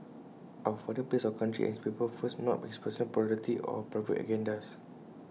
our father placed our country and his people first not his personal popularity or private agendas